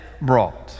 brought